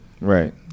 Right